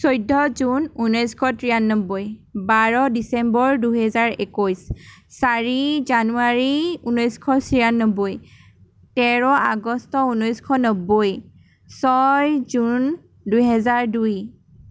চৈধ্য জুন ঊনৈছশ তিৰান্নবৈ বাৰ ডিচেম্বৰ দুহেজাৰ একৈছ চাৰি জানুৱাৰী ঊনৈছশ ছিয়ান্নবৈ তেৰ আগষ্ট ঊনৈছশ নব্বৈ ছয় জুন দুহেজাৰ দুই